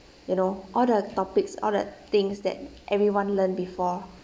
you know all the topics all the things that everyone learn before